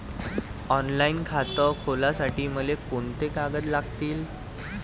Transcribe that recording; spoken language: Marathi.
ऑनलाईन खातं खोलासाठी मले कोंते कागद लागतील?